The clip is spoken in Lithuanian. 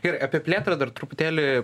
gerai apie plėtrą dar truputėlį